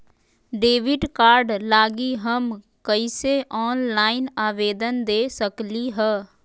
Debit card लागी हम कईसे ऑनलाइन आवेदन दे सकलि ह?